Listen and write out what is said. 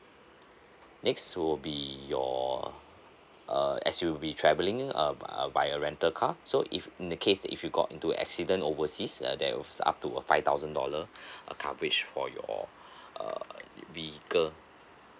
next will be your uh as you'll be travelling uh uh by a rental car so if in the case that if you got into accident overseas uh there was up to a five thousand dollar uh coverage for your err vehicle